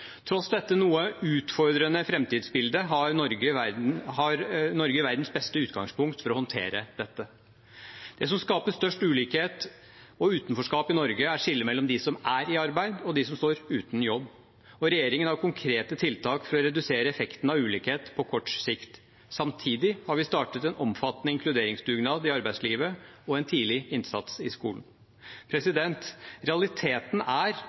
Tross dette noe utfordrende framtidsbildet har Norge verdens beste utgangspunkt for å håndtere dette. Det som skaper størst ulikhet og utenforskap i Norge, er skillet mellom de som er i arbeid, og de som står uten jobb. Regjeringen har konkrete tiltak for å redusere effektene av ulikhet på kort sikt. Samtidig har vi startet en omfattende inkluderingsdugnad i arbeidslivet og en tidlig innsats i skolen. Realiteten er